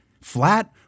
Flat